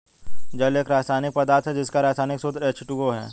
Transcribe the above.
जल एक रसायनिक पदार्थ है जिसका रसायनिक सूत्र एच.टू.ओ है